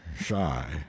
shy